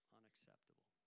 Unacceptable